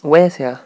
where sia